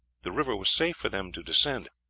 the river was safe for them to descend.